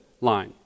line